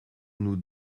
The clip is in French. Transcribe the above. nous